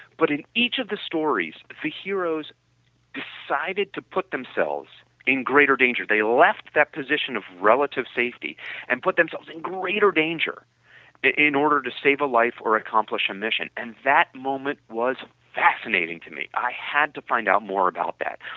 but in each of the stories, the heroes decided to put themselves in greater danger. they left that position of relative safety and put themselves in greater danger in order to save a life or accomplish a mission. and that moment was fascinating to me i had to find out more about that.